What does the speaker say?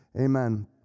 Amen